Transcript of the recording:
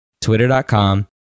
twitter.com